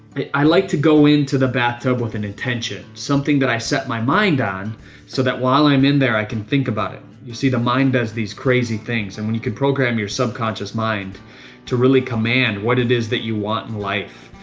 i like to go into the bathtub with an intention. something that i set my mind on so that while i'm in there i can think about it. you see the mind as these crazy things and you can program your subconscious mind to really command what it is that you want in life.